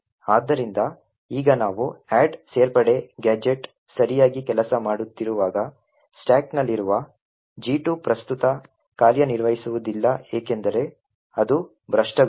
ಆದ್ದರಿಂದ ಈಗ ನಾವು ಆಡ್ ಸೇರ್ಪಡೆ ಗ್ಯಾಜೆಟ್ ಸರಿಯಾಗಿ ಕೆಲಸ ಮಾಡುತ್ತಿರುವಾಗ ಸ್ಟಾಕ್ನಲ್ಲಿರುವ G2 ಪ್ರಸ್ತುತ ಕಾರ್ಯನಿರ್ವಹಿಸುವುದಿಲ್ಲ ಏಕೆಂದರೆ ಅದು ಭ್ರಷ್ಟಗೊಂಡಿದೆ